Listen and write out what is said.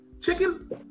chicken